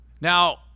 Now